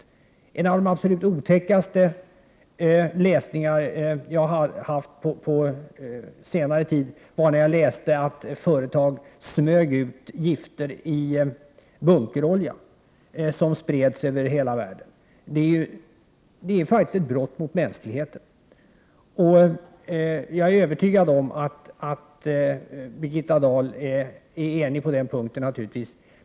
Något av det absolut otäckaste jag läst på den senaste tiden är att företag smugit ut gifter i bunkerolja, som spridits över hela världen. Det är faktiskt ett brott mot mänskligheten. Jag är övertygad om att Birgitta Dahl är ense med mig på den punkten.